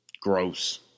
gross